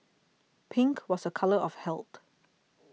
pink was a colour of health